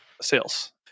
sales